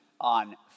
on